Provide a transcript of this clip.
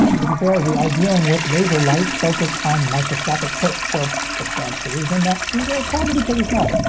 to be fair, we are dealing with laser light focused on microscopic pits, so its stands to reason that these are probably pretty small.